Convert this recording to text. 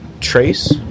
Trace